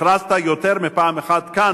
הכרזת יותר מפעם אחת כאן,